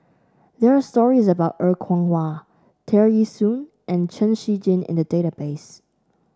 there are stories about Er Kwong Wah Tear Ee Soon and Chen Shiji in the database